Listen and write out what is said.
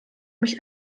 mich